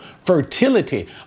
fertility